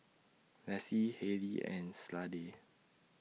Lassie Hayley and Slade